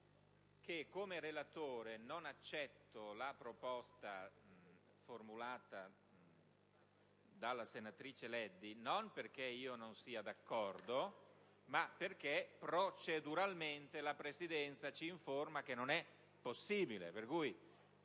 che, come relatore, non accetto la proposta formulata dalla senatrice Leddi, non perché io non sia d'accordo con lei, ma perché proceduralmente la Presidenza ci informa che non è possibile.